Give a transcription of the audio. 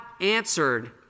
answered